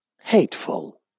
hateful